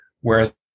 Whereas